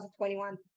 2021